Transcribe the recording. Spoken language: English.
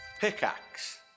Pickaxe